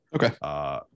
Okay